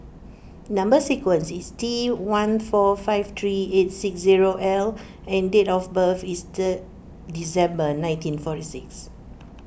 Number Sequence is T one four five three eight six zero L and date of birth is third December nineteen forty six